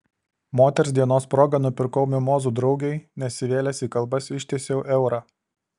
moters dienos proga nupirkau mimozų draugei nesivėlęs į kalbas ištiesiau eurą